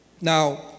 Now